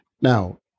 now